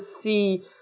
see